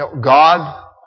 God